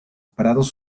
prados